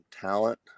talent